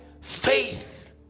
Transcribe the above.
faith